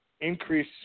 increase